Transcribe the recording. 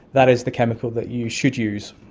that is the chemical that you should use.